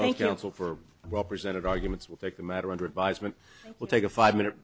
blanket also for represented arguments will take the matter under advisement will take a five minute